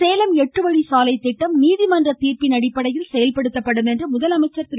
சேலம் எட்டுவழிச்சாலை திட்டம் நீதிமன்ற தீர்ப்பின் அடிப்படையில் செயல்படுத்தப்படும் என்று முதலமைச்சர் திரு